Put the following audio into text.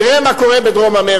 תראה מה קורה בדרום-אמריקה.